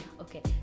Okay